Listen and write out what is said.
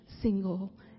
single